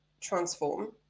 transform